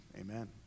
Amen